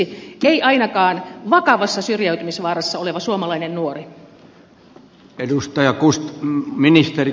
ei ainakaan vakavassa syrjäytymisvaarassa oleva suomalainen nuori